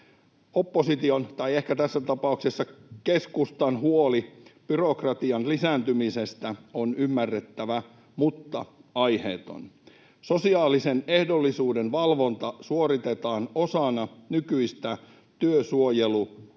Opposition — tai ehkä tässä tapauksessa keskustan — huoli byrokratian lisääntymisestä on ymmärrettävä mutta aiheeton. Sosiaalisen ehdollisuuden valvonta suoritetaan osana nykyistä työsuojeluvalvontaa,